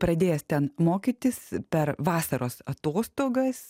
pradėjęs ten mokytis per vasaros atostogas